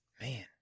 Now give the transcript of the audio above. Man